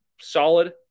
solid